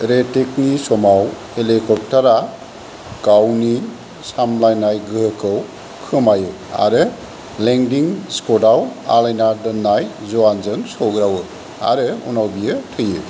री टेकनि समाव हेलिकप्तारा गावनि सामलायनाय गोहोखौ खोमायो आरो लेंदिं स्कदआव आलायना दोन्नाय जवानजों सौग्रावो आरो उनाव बियो थैयो